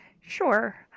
Sure